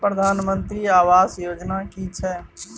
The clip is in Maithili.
प्रधानमंत्री आवास योजना कि छिए?